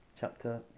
Chapter